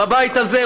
בבית הזה,